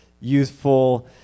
youthful